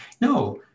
no